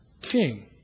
king